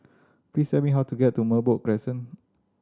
please tell me how to get to Merbok Crescent